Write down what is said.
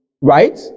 Right